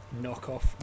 knockoff